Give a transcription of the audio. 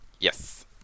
Yes